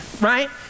Right